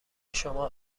شما